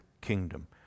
kingdom